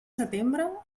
setembre